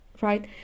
right